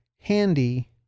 handy